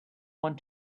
want